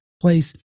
place